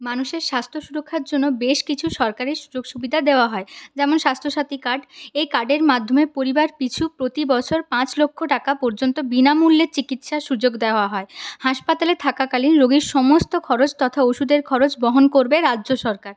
মানুষের স্বাস্থ্য সুরক্ষার জন্য বেশ কিছু সরকারি সুযোগ সুবিধা দেওয়া হয় যেমন স্বাস্থ্যসাথী কার্ড এই কার্ডের মাধ্যমে পরিবার পিছু প্রতি বছর পাঁচ লক্ষ টাকা পর্যন্ত বিনামূল্যে চিকিৎসার সুযোগ দেওয়া হয় হাসপাতালে থাকাকালীন রোগীর সমস্ত খরচ তথা ওষুধের খরচ বহন করবে রাজ্য সরকার